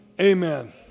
Amen